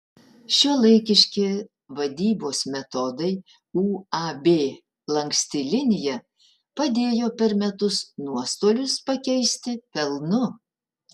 šiuolaikiški vadybos metodai uab lanksti linija padėjo per metus nuostolius pakeisti pelnu